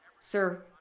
Sir